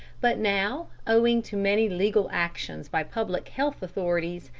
but now, owing to many legal actions by public health authorities,